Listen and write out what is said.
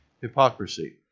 hypocrisy